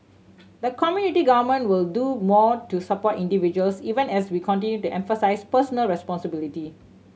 the community government will do more to support individuals even as we continue to emphasise personal responsibility